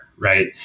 right